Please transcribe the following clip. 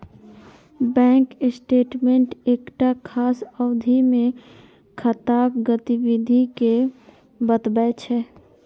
bank statement एकटा खास अवधि मे खाताक गतिविधि कें बतबै छै